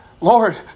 Lord